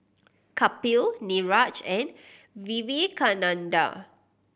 Kapil Niraj and Vivekananda